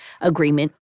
agreement